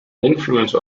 influence